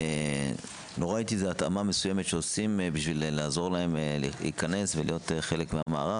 ולא ראיתי התאמה מסוימת שעושים כדי לעזור להם להיכנס ולהיות חלק מהמערך.